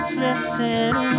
Drifting